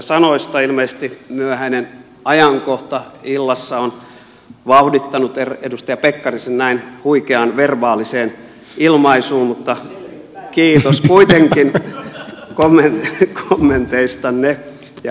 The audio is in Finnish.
ilmeisesti myöhäinen ajankohta illassa on vauhdittanut edustaja pekkarisen näin huikeaan verbaaliseen ilmaisuun mutta kiitos kuitenkin kommenteistanne ja kehuistanne